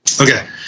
Okay